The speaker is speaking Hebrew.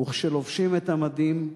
וכשלובשים את המדים,